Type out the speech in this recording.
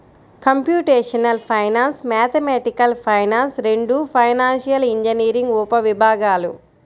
computational finance, mathematical finance రెండూ financial engineering ఉపవిభాగాలు